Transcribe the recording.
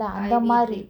I_V drip